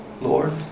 Lord